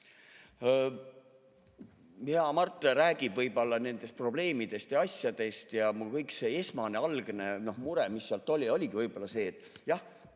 Hea Mart räägib võib-olla nendest probleemidest ja asjadest. Kogu see esmane mure, mis oli, oligi võib-olla see, et jah,